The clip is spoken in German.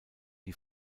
die